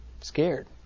scared